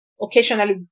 occasionally